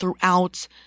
throughout